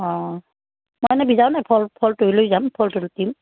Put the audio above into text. অঁ মই এনেই ভিজাও নাই ফল ফলটোহে লৈ যাম ফলটো দিম